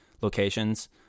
locations